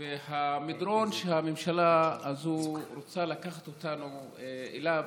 והמדרון שהממשלה הזו רוצה לקחת אותנו אליו.